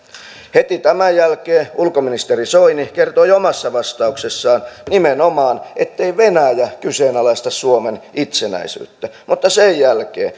heti tämän jälkeen ulkoministeri soini kertoi omassa vastauksessaan nimenomaan ettei venäjä kyseenalaista suomen itsenäisyyttä mutta